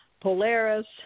Polaris